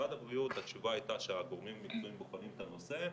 במשרד הבריאות התשובה הייתה שהגורמים אצלם בוחנים את הנושא,